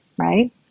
right